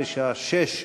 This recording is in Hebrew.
בשעה 18:00,